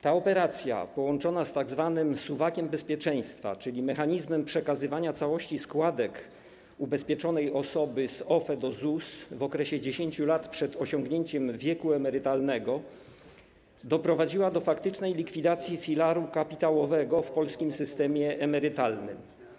Ta operacja, połączona z tzw. suwakiem bezpieczeństwa, czyli mechanizmem przekazywania całości składek ubezpieczonej osoby z OFE do ZUS w okresie 10 lat przed osiągnięciem wieku emerytalnego, doprowadziła do faktycznej likwidacji filaru kapitałowego w polskim systemie emerytalnym.